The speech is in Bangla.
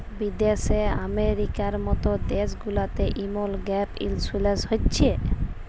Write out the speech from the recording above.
বিদ্যাশে আমেরিকার মত দ্যাশ গুলাতে এমল গ্যাপ ইলসুরেলস হছে